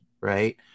right